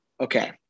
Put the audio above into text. Okay